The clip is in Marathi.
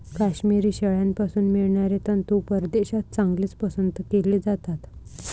काश्मिरी शेळ्यांपासून मिळणारे तंतू परदेशात चांगलेच पसंत केले जातात